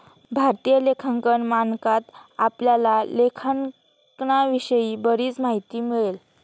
भारतीय लेखांकन मानकात आपल्याला लेखांकनाविषयी बरीच माहिती मिळेल